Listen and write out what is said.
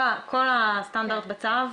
כל הסטנדרט בצו,